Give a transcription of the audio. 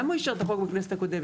למה הוא אישר את החוק בכנסת הקודמת?